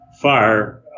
fire